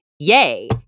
yay